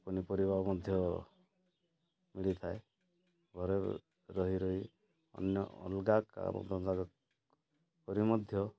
ପନିପରିବା ମଧ୍ୟ ମିଳିଥାଏ ଘରେ ରହି ରହି ଅନ୍ୟ ଅଲଗା କାମ ଧନ୍ଦା କରି ମଧ୍ୟ